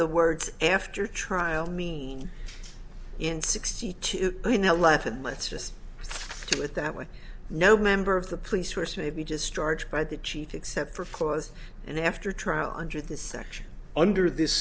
the words after trial mean in sixty two i now left and let's just do it that way no member of the police force maybe just charge by the chief except for clause and after trial under the section under this